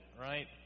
right